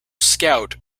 scout